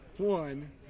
One